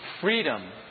freedom